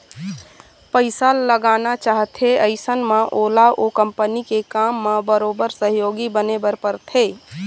पइसा लगाना चाहथे अइसन म ओला ओ कंपनी के काम म बरोबर सहयोगी बने बर परथे